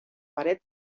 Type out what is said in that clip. paret